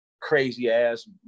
crazy-ass